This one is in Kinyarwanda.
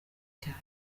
cyane